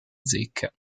zecca